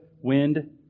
wind